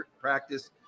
practice